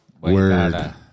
Word